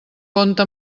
compte